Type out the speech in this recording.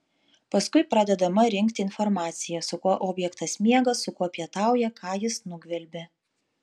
paskui pradedama rinkti informacija su kuo objektas miega su kuo pietauja ką jis nugvelbė